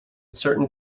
certain